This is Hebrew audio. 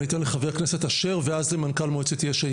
אני אתן לחבר הכנסת אשר ואז למנכ"ל מועצת יש"ע,